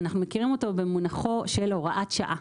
אנחנו מכירים אותו במונחו של הוראת שעה.